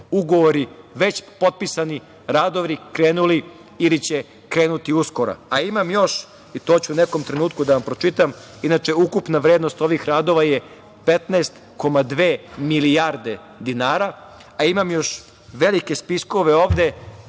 ugovori već potpisani, a radovi krenuli ili će krenuti uskoro. Imam još i to ću u nekom trenutku da vam pročitam, inače je ukupna vrednost ovih radova 15,2 milijarde dinara, a imam još velike spiskove ovde